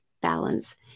balance